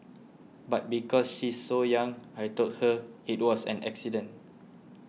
but because she's so young I told her it was an accident